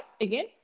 again